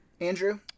Andrew